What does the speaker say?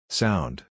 sound